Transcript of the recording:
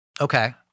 Okay